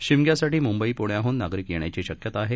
शिमगोत्सवासाठी मुंबई पुण्याह्न नागरीक येण्याची शक्यता आहे